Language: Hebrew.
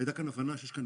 הייתה הבנה שיש כאן